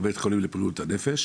או בית חולים לבריאות הנפש